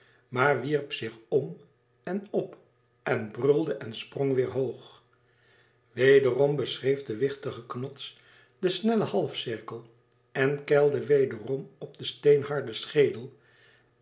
maar wierp zich om en op en brulde en sprong weêr hoog wederom beschreef de wichtige knots den snellen halfcirkel en keilde wederom op den steenharden schedel